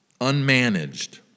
unmanaged